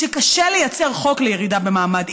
קשה לייצר חוק לירידה במעמד,